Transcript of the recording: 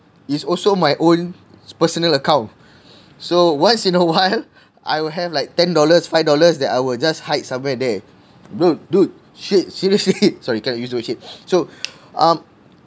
is also my own personal account so once in a while I will have like ten dollars five dollars that I will just hide somewhere there dude dude shit seriously sorry cannot use the word shit so um